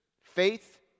faith